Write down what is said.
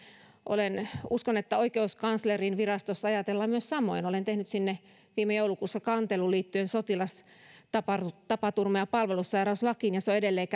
uskon että myös oikeuskanslerinvirastossa ajatellaan samoin olen tehnyt sinne viime joulukuussa kantelun liittyen sotilastapaturma ja palvelussairauslakiin ja se on edelleen